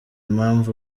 impamvu